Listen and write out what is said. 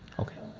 okay.